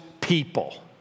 people